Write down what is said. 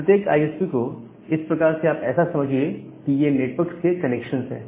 प्रत्येक आईएसपी को एक प्रकार से आप ऐसा समझिए कि ये नेटवर्क्स के कनेक्शन हैं